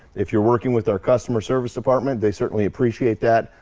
if you're working with our customer service department they certainly appreciate that,